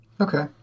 Okay